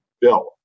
bill